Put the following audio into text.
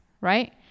right